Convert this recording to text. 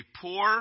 poor